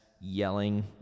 yelling